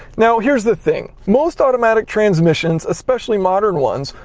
now, here's the thing. most automatic transmissions, especially modern ones,